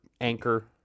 Anchor